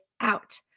out